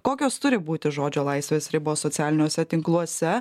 kokios turi būti žodžio laisvės ribos socialiniuose tinkluose